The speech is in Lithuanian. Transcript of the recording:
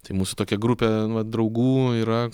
tai mūsų tokia grupė vat draugų yra